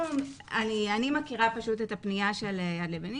אני מכירה פשוט את הפניה של יד לבנים,